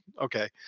Okay